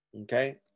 Okay